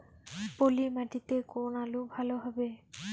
পলি মাটিতে কোন আলু ভালো হবে?